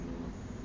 I know